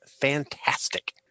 fantastic